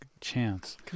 chance